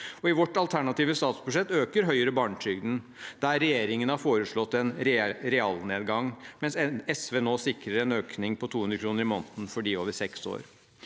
I vårt alternative statsbudsjett øker Høyre barnetrygden, der regjeringen har foreslått en realnedgang. SV sikrer en økning på 200 kr i måneden for dem over seks år.